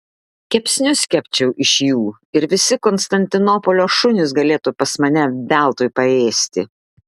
kepsnius kepčiau iš jų ir visi konstantinopolio šunys galėtų pas mane veltui paėsti